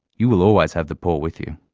you will always have the poor with you.